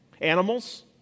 Animals